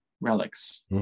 relics